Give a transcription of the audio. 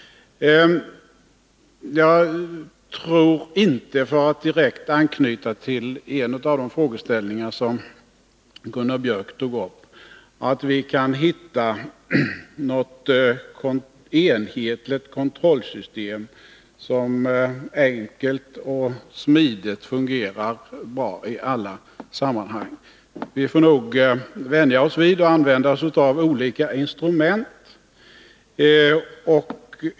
Jag tror inte — för att direkt anknyta till en av de frågeställningar Gunnar Biörck tog upp — att vi kan hitta något enhetligt kontrollsystem som är enkelt och smidigt och fungerar bra i alla sammanhang. Vi får nog vänja oss vid att använda olika instrument.